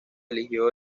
eligió